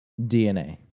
DNA